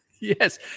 Yes